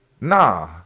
nah